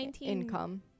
income